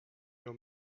your